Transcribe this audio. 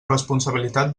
responsabilitat